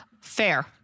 Fair